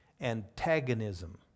Antagonism